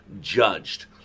judged